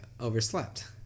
overslept